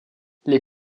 les